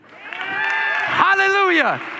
Hallelujah